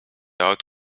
out